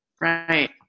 Right